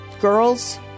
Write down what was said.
girl's